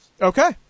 okay